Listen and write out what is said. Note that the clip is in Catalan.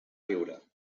riure